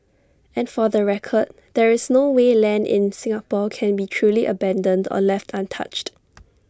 and for the record there is no way land in Singapore can be truly abandoned or left untouched